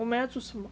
我们要做什么